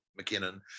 McKinnon